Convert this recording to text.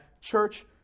church